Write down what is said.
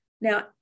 Now